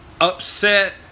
upset